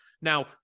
Now